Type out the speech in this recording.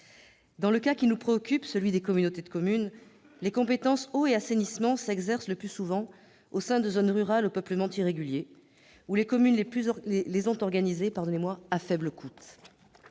Dans le cas qui nous occupe, celui des communautés de communes, les compétences « eau » et « assainissement » s'exercent le plus souvent au sein de zones rurales au peuplement irrégulier, où les communes ont organisé ces services à faible coût.